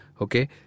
Okay